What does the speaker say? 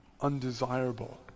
undesirable